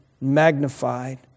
magnified